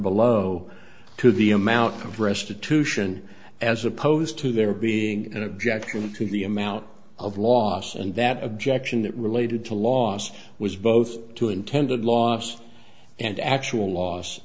downbelow to the amount of restitution as opposed to there being an objection to the amount of loss and that objection that related to loss was both to intended last and actual loss